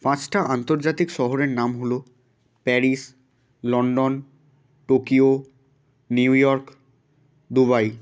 পাঁচটা আন্তর্জাতিক শহরের নাম হলো Paris London Tokyo New York Dubai